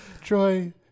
Troy